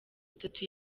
itatu